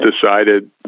decided